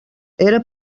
era